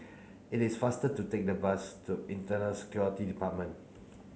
it is faster to take the bus to Internal Security Department